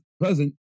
present